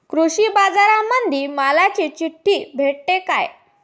कृषीबाजारामंदी मालाची चिट्ठी भेटते काय?